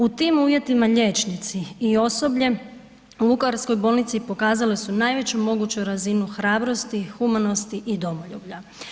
U tim uvjetima liječnici i osoblje u vukovarskoj bolnici pokazali su najveću moguću razinu hrabrosti, humanosti i domoljublja.